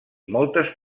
moltes